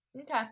Okay